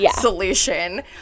solution